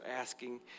asking